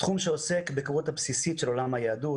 תחום שעוסק בהיכרות הבסיסית של עולם היהדות,